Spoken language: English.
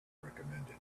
recommended